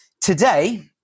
Today